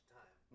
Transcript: time